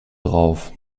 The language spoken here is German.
drauf